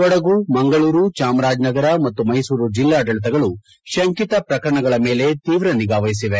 ಕೊಡಗು ಮಂಗಳೂರು ಚಾಮರಾಜನಗರ ಮತ್ತು ಮೈಸೂರು ಜಿಲ್ಲಾಡಳಿತಗಳು ಶಂಕಿತ ಪ್ರಕರಣಗಳ ಮೇಲೆ ತೀವ್ರ ನಿಗಾವಹಿಸಿದೆ